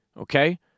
Okay